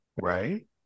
Right